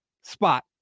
spot